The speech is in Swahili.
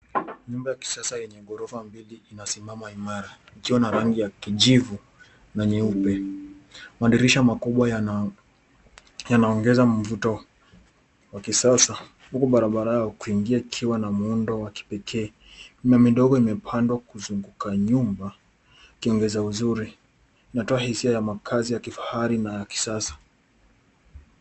Nyumba ya kisasa yenye ghorofa mbili inasimama imara ikiwa na rangi ya kijivu na nyeupe. Madirisha makubwa yanaongeza mvuto wa kisasa huku barabara ya kuiniga ikiwa na muundo wa kipekee. Mimea midogo imepandwa kuzunguka nyumba ikiongeza uzuri. Inatoa hisia makazi ya kifahari na kisasa.